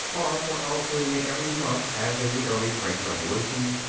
or for altering it every month as in the early french revolution,